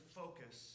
focus